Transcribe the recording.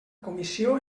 comissió